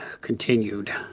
continued